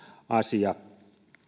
asia